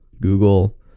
Google